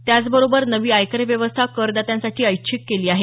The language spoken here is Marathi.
त्याचबरोबर नवी आयकर व्यवस्था करदात्यांसाठी ऐच्छिक केली आहे